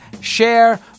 share